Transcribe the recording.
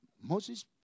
Moses